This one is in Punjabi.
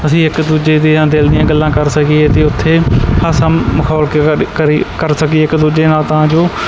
ਅਸੀਂ ਇੱਕ ਦੂਜੇ ਦੀਆਂ ਦਿਲ ਦੀਆਂ ਗੱਲਾਂ ਕਰ ਸਕੀਏ ਅਤੇ ਉੱਥੇ ਹਾਸਾ ਮਖੌਲ ਕਰ ਸਕੀਏ ਇੱਕ ਦੂਜੇ ਨਾਲ ਤਾਂ ਜੋ